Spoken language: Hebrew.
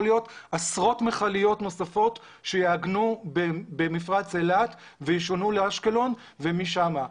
להיות עשרות מכליות נוספות שיעגנו במפרץ אילת וישנעו לאשקלון ומשם.